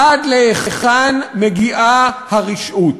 עד להיכן מגיעה הרשעות.